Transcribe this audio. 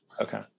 Okay